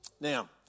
Now